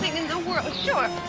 in the world, sure,